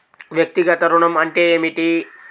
వ్యక్తిగత ఋణం అంటే ఏమిటి?